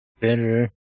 Better